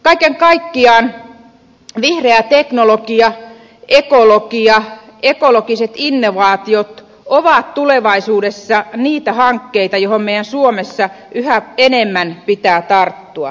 kaiken kaikkiaan vihreä teknologia ekologia ekologiset innovaatiot ovat tulevaisuudessa niitä hankkeita joihin meidän suomessa yhä enemmän pitää tarttua